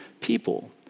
people